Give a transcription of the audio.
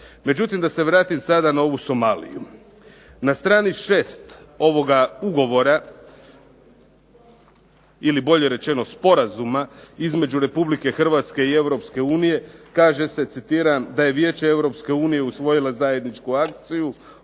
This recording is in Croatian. Međutim, da se vratim sada na ovu Somaliju. Na strani 6. ovoga ugovora ili bolje rečeno sporazuma između Republike Hrvatske i Europske unije kaže se, citiram da je Vijeće Europske unije usvojilo zajedničku akciju